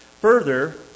Further